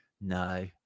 no